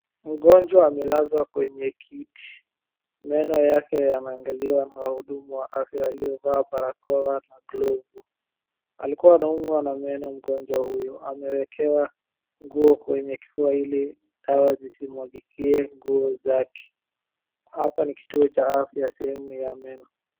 Mgonjwa amelazwa kwenye kiti, meno yake yanaangaliwa na wahudumu wa afya aliyevaa barakoa na glovu. Alikua anaumwa na meno mgonjwa huyu, amewekewa nguo kwenye kifua ili dawa zisimwagikie nguo zake. Hapa ni kituo cha afya sehemu ya meno.